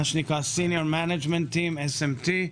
מה שנקרא Senior management team (SMT).